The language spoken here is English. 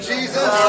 Jesus